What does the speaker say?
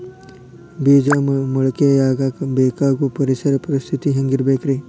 ಬೇಜ ಮೊಳಕೆಯಾಗಕ ಬೇಕಾಗೋ ಪರಿಸರ ಪರಿಸ್ಥಿತಿ ಹ್ಯಾಂಗಿರಬೇಕರೇ?